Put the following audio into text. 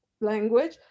language